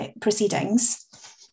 proceedings